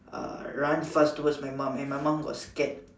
uh run fast towards my mom and my mom got scared